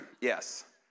Yes